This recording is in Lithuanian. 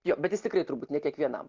jo bet jis tikrai turbūt ne kiekvienam